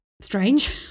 strange